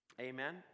amen